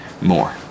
more